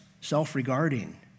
self-regarding